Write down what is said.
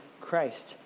Christ